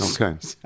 Okay